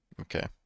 Okay